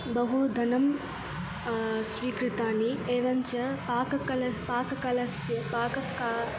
बहु धनं स्वीकृतानि एवञ्च पाककला पाककलस्य पाकका